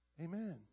Amen